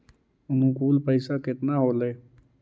अनुकुल पैसा केतना होलय